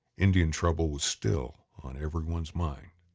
indian trouble was still on everyone's mind.